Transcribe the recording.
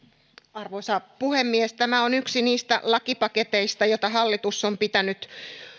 arvoisa puhemies tämä on yksi niistä lakipaketeista joita hallitus on pitänyt